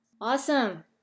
awesome